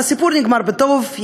הסיפור נגמר בטוב,